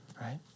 right